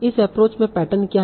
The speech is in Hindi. इस एप्रोच में पैटर्न क्या हैं